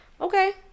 Okay